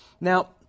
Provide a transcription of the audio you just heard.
Now